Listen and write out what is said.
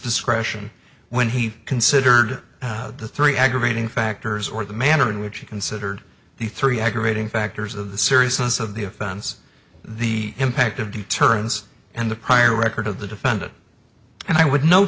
discretion when he considered the three aggravating factors or the manner in which he considered the three aggravating factors of the seriousness of the offense the impact of deterrence and the prior record of the defendant and i would no